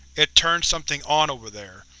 it turned something on over there.